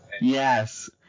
Yes